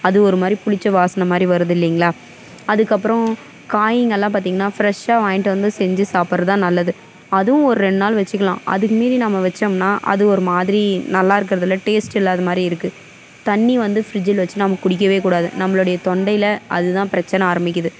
அது ஒரு மாதிரி புளித்த வாசனை மாதிரி வருது இல்லைங்களா அதுக்கு அப்புறம் காய்ங்கல்லாம் பார்த்திங்ன்னா ஃப்ரெஷ்ஷாக வாங்கிகிட்டு வந்து செஞ்சு சாப்பிடுறதுதான் நல்லது அதுவும் ஒரு ரெண்டு நாள் வச்சிக்கலாம் அதுக்கு மீறி நம்ம வைத்தோம்னா அது ஒரு மாதிரி நல்லாயிருக்குறது இல்லை டேஸ்ட்டு இல்லாத மாதிரி இருக்கு தண்ணீர் வந்து ஃப்ரிஜ்ஜில் வச்சு நம்ம குடிக்க கூடாது நம்ளுடய தொண்டையில் அதுதான் பிரச்சனை ஆரம்மிக்கிது